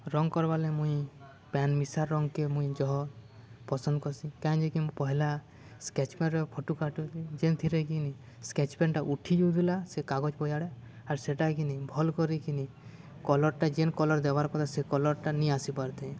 ରଙ୍ଗ୍ କର୍ବାର୍ ଲାଗି ମୁଇଁ ପେନ୍ ମିଶା ରଙ୍ଗ୍କେ ମୁଇଁ ଜହ ପସନ୍ଦ୍ କର୍ସିଁ କାଏଁଯେକି ମୁଇଁ ପହେଲା ସ୍କେଚ୍ ପେନ୍ରେ ଫଟୁ କାଟୁଥିନି ଯେନ୍ଥିରେକିିନି ସ୍କେଚ୍ ପେନ୍ଟା ଉଠି ଯାଉଥିଲା ସେ କାଗଜ୍ ପଛ୍ଆଡ଼େ ଆର୍ ସେଟାକିନି ଭଲ୍ କରିିକିନି କଲର୍ଟା ଯେନ୍ କଲର୍ ଦେବାର୍ କଥା ସେ କଲର୍ଟା ନେଇ ଆସି ପାରୁଥାଇ